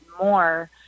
more